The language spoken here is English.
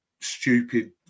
stupid